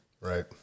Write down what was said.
Right